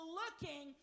looking